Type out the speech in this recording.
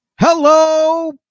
hello